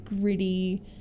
gritty